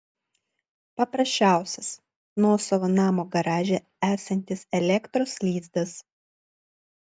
paprasčiausias nuosavo namo garaže esantis elektros lizdas